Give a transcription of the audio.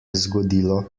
zgodilo